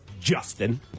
Justin